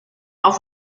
auf